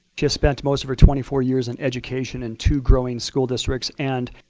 she has spent most of her twenty four years in education in two growing school districts and,